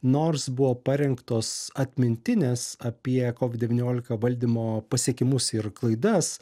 nors buvo parengtos atmintinės apie kovid devyniolika valdymo pasiekimus ir klaidas